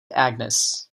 agnes